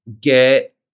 get